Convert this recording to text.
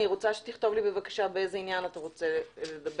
אני רוצה שתכתוב לי בבקשה באיזה עניין אתה רוצה לדבר,